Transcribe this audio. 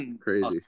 crazy